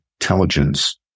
intelligence